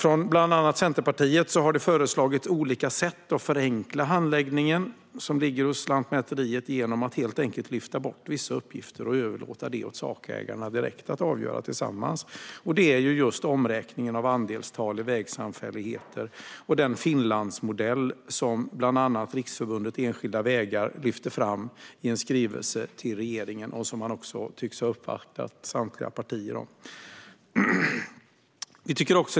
Bland andra vi i Centerpartiet har föreslagit olika sätt att förenkla handläggningen hos Lantmäteriet genom att helt enkelt lyfta bort vissa uppgifter och överlåta det åt sakägarna direkt så att de kan avgöra det tillsammans. Det gäller just omräkningen av andelstal i vägsamfälligheter och den Finlandsmodell som bland andra Riksförbundet Enskilda Vägar lyfter fram i en skrivelse till regeringen. De tycks också ha uppvaktat samtliga partier när det gäller det.